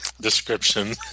description